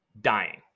dying